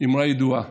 אמרה ידועה.